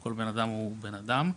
כל אדם הוא אדם.